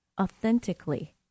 authentically